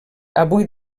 avui